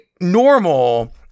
normal